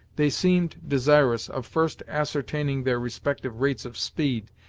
they seemed desirous of first ascertaining their respective rates of speed,